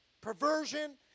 perversion